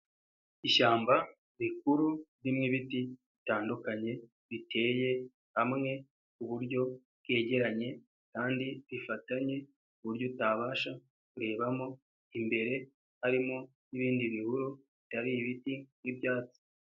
Ishyamba rikuru ririmo ibiti bitandukanye biteye hamwe ku buryo bwegeranye, kandi bifatanye ku buryo utabasha kurebamo, imbere harimo n'ibindi bihuru bitari ibiti by'ibyatsi.